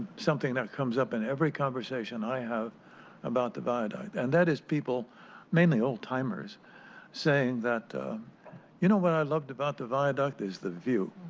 something that comes up in every conversation i have about the viaduct and that is people mainly old-timers saying that you know what i loved about the viaduct is the view.